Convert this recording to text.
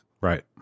Right